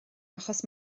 achos